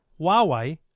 Huawei